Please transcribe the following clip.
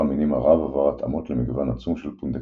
מספר המינים הרב עבר התאמות למגוון עצום של פונדקאים.